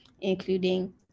including